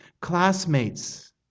classmates